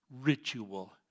ritual